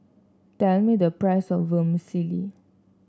tell me the price of Vermicelli